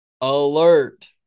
alert